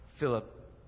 Philip